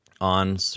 on